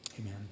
Amen